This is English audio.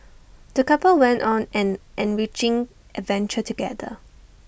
the couple went on an enriching adventure together